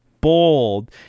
bold